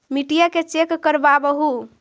मिट्टीया के चेक करबाबहू?